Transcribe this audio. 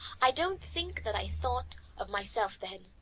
i don't think that i thought of myself then,